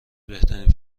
بهترین